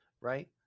right